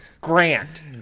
Grant